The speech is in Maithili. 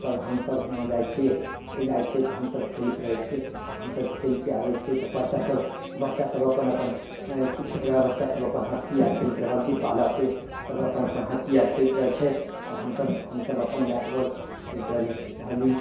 सभ हमसभ हुआँ जाइ छियै तऽ जाइ छियै तऽ हमसभ खेलैत रहय छियै हमसभ खेलके आबय छियै तऽ बच्चा सभ बच्चा सभ अपन अपन एँ किछु छोटका बच्चा सभ अपन हॉकी आर खेलैत रहल डिब्बा लअके सभ अपन अपन हॉकी आर खेलैत रहय छै तऽ हमसभ हमसभ अपन बैट बॉल खेलैत रह रहली